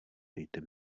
dejte